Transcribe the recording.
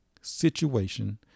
situation